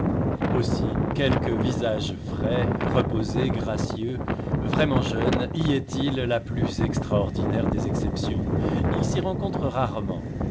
aussi quelque visage frais reposé gracieux vraiment jeune y est-il la plus extraordinaire des exceptions il s'y rencontre rarement